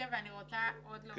אני רוצה להוסיף.